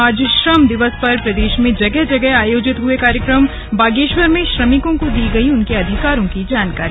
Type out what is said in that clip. आज श्रम दिवस पर प्रदेश में जगह जगह आयोजित हुए कार्यक्रम बागेश्वर में श्रमिकों को दी गई उनके अधिकारों की जानकारी